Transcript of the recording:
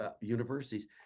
universities